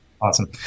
Awesome